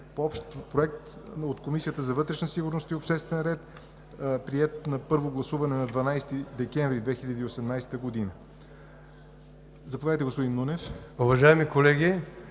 по общ проект от Комисията за вътрешна сигурност и обществен ред, приет на първо гласуване на 12 декември 2018 г. Заповядайте, господин Нунев. ДОКЛАДЧИК